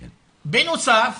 בנוסף,